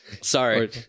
Sorry